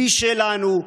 היא שלנו,